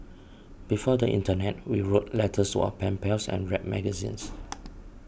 before the internet we wrote letters to our pen pals and read magazines